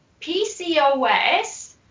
PCOS